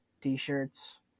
t-shirts